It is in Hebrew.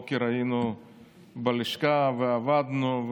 03:00 היינו בלשכה ועבדנו,